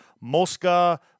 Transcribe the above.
mosca